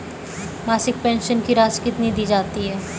मासिक पेंशन की राशि कितनी दी जाती है?